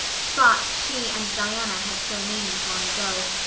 spots she and diana had so named long ago.